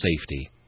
safety